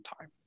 time